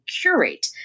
curate